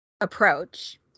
approach